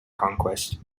conquest